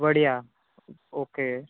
Vadiya okay